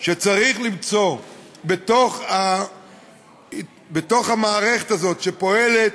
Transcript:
שצריך למצוא בתוך המערכת הזאת, שפועלת,